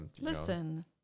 listen